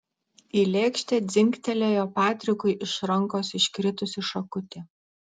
į lėkštę dzingtelėjo patrikui iš rankos iškritusi šakutė